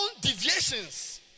deviations